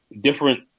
different